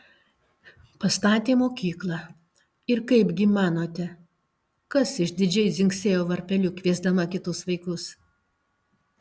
pastatė mokyklą ir kaipgi manote kas išdidžiai dzingsėjo varpeliu kviesdama kitus vaikus